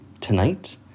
tonight